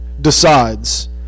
decides